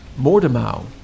Mordemau